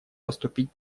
поступить